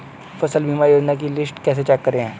फसल बीमा योजना की लिस्ट कैसे चेक करें?